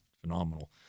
phenomenal